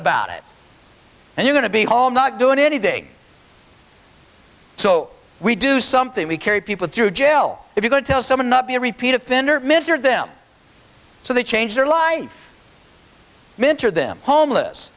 about it and you're going to be home not doing anything so we do something we carry people through jail if you go tell someone not be a repeat offender mitter them so they change their life mentor them homeless